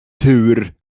tur